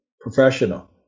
professional